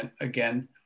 again